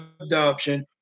adoption